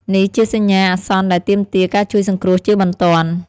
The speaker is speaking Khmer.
នេះជាសញ្ញាអាសន្នដែលទាមទារ ការជួយសង្គ្រោះជាបន្ទាន់។